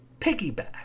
piggyback